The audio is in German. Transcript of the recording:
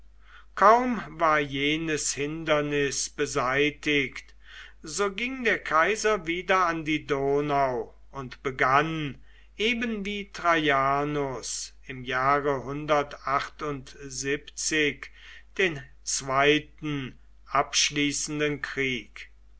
kaum war jenes hindernis beseitigt so ging der kaiser wieder an die donau und begann eben wie traianus im jahre den zweiten abschließenden krieg